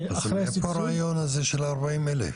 אז מאיפה הרעיון הזה של ה-40 אלף?